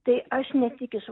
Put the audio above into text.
tai aš ne tik iš